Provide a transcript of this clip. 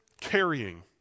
Carrying